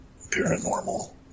paranormal